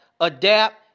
adapt